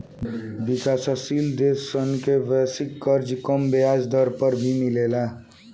विकाशसील देश सन के वैश्विक कर्जा कम ब्याज दर पर भी मिलेला